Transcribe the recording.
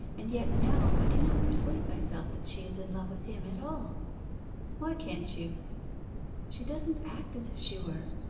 and yet now i cannot persuade myself that she is in love with him at all why can't you she doesn't act as if she were.